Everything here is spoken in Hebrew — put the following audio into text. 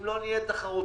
אם לא נהיה תחרותיים,